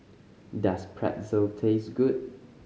does Pretzel taste good